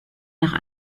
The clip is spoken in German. nach